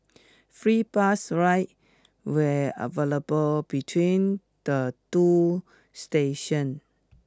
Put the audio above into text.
free bus rides were available between the two stations